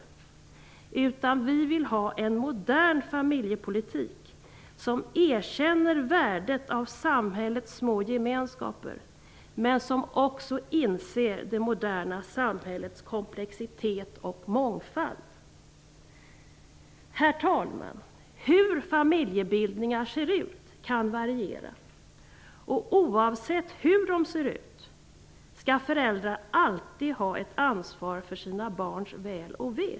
Vi vill ha en modern familjepolitik som erkänner värdet av samhällets små gemenskaper men som också inser det moderna samhällets komplexitet och mångfald. Herr talman! Hur familjebildningar ser ut kan variera. Oavsett hur de ser ut, skall föräldrar alltid ha ett ansvar för sina barns väl och ve.